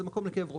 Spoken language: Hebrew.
זה מקום לכאב ראש,